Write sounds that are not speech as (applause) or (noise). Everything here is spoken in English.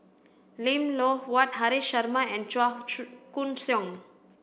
Lim Loh Huat Haresh Sharma and Chua (unintelligible) Koon Siong